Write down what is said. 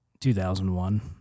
2001